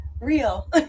real